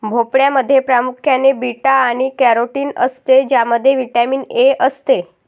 भोपळ्यामध्ये प्रामुख्याने बीटा आणि कॅरोटीन असते ज्यामध्ये व्हिटॅमिन ए असते